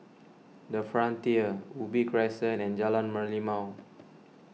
the Frontier Ubi Crescent and Jalan Merlimau